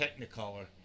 Technicolor